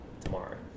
tomorrow